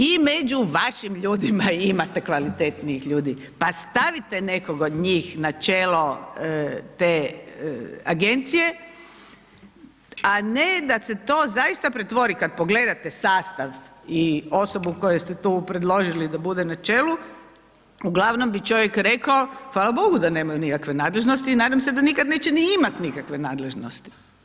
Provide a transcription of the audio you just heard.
I među vašim ljudima imate kvalitetnijih ljudi pa stavite nekog od njih na čelo te agencije, a ne da se to zaista pretvori, kad pogledate sastav i osobu koju ste tu predložili da bude na čelu, uglavnom bi čovjek rekao, hvala bogu da nemaju nikakve nadležnosti i nadam se da nikad neće ni imat nikakve nadležnosti.